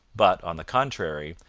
but, on the contrary,